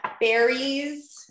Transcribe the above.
berries